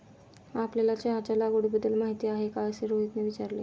आपल्याला चहाच्या लागवडीबद्दल माहीती आहे का असे रोहितने विचारले?